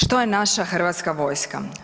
Što je naša Hrvatska vojska?